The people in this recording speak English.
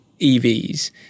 EVs